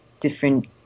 different